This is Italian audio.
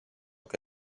che